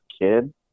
kid